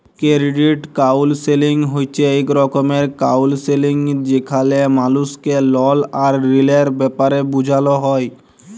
credit counselling হছে ইক রকমের কাউলসেলিংযেখালে মালুসকে লল আর ঋলের ব্যাপারে বুঝাল হ্যয়